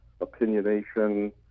opinionation